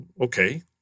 Okay